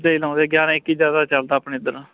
ਦੂਜਾ ਹੀ ਲਾਉਂਦੇ ਗਿਆਰਾਂ ਇੱਕੀ ਜ਼ਿਆਦਾ ਚੱਲਦਾ ਆਪਣੇ ਇੱਧਰ